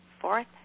fourth